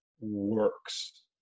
works